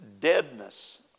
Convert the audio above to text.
deadness